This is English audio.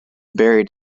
buried